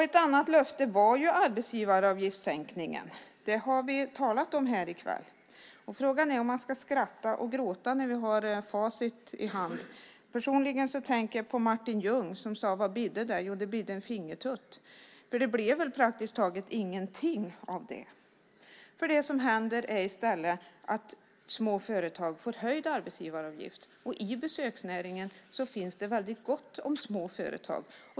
Ett annat löfte var ju sänkningen av arbetsgivaravgiften. Det har vi talat om här i kväll. Frågan är om man ska skratta eller gråta när vi har facit i hand. Personligen tänker jag på Martin Ljung som sade: Vad bidde det? Jo, det bidde en fingertutt. Det blev väl praktiskt taget ingenting av det. Det som händer är i stället att små företag får höjd arbetsgivaravgift. I besöksnäringen finns det gott om små företag.